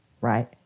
right